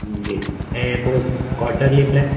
हूं ऐं पोइ quarterly plain